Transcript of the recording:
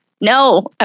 No